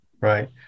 right